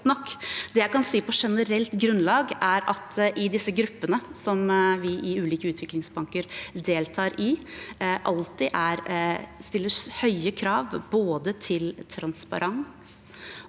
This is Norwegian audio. Det jeg kan si på generelt grunnlag, er at i disse gruppene, som vi i ulike utviklingsbanker deltar i, stilles det alltid høye krav både til transparens, åpenhet